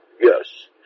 Yes